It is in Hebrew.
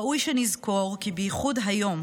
ראוי שנזכור כי בייחוד היום,